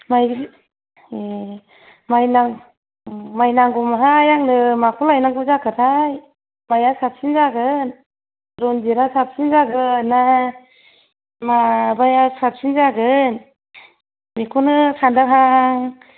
माइ ए माइ नांगौ उम माइ नांगौमोनहाय आंनो माखौ लायनांगौ जाखोथाय माया साबसिन जागोन रन्जितआ साबसिन जागोनना माबाया साबसिन जागोन बेखौनो सानदोंहां